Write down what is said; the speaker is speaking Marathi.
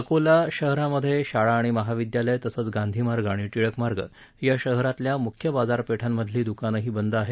अकोल्यात शहरातल्या शाळा आणि महाविद्यालयं तसंच गांधीमार्ग आणि टिळक मार्ग या शहरातल्या मुख्य बाजापेठांमधली दुकानंही बंद आहेत